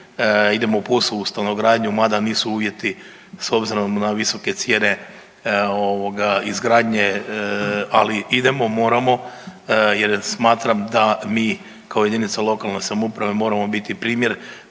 idemo u POS-ovu stanogradnju mada nisu uvjeti s obzirom na visoke cijene ovoga izgradnje, ali idemo, moramo jer smatram da mi kao JLS moramo biti primjer